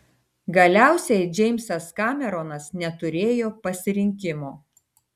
galiausiai džeimsas kameronas neturėjo pasirinkimo